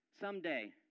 someday